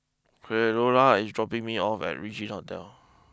Creola is dropping me off at Regin Hotel